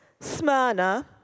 Smyrna